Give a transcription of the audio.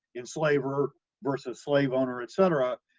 enslaver versus slaveowner, etc,